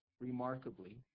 remarkably